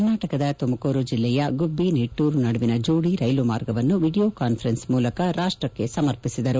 ಕರ್ನಾಟಕದ ತುಮಕೂರು ಜಿಲ್ಲೆಯ ಗುಭ್ಲಿ ನಿಟ್ಲೂರು ನಡುವಿನ ಜೋಡಿ ರೈಲು ಮಾರ್ಗವನ್ನು ವಿಡಿಯೋ ಕಾನ್ಫರೆನ್ಸ್ ಮೂಲಕ ರಾಷ್ಟಕ್ಕೆ ಸಮರ್ಪಿಸಿದರು